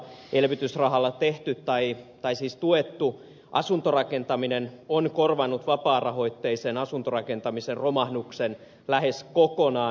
elvytysrahalla tuettu asuntorakentaminen on korvannut vapaarahoitteisen asuntorakentamisen romahduksen lähes kokonaan